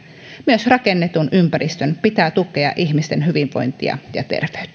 myös rakennetun ympäristön pitää tukea ihmisten hyvinvointia ja